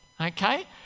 okay